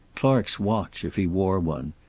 clark's watch, if he wore one,